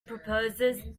proposes